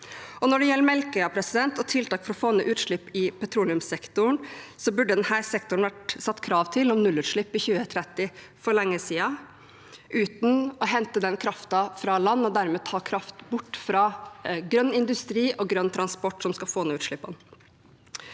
Når det gjelder Melkøya og tiltak for å få ned utslipp i petroleumssektoren, burde det blitt satt krav om nullutslipp i 2030 for denne sektoren for lenge siden, uten å hente den kraften fra land og dermed ta kraft bort fra grønn industri og grønn transport som skal få ned utslippene.